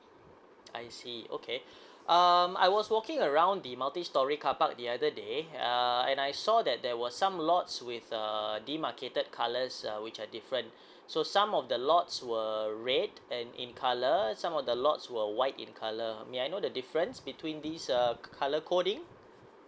I see okay um I was walking around the multi storey carpark the other day uh and I saw that there was some lots with err the marketed colours uh which are different so some of the lots were red in in colour some of the lots were white in colour may I know the difference between these uh colour coding